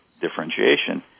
differentiation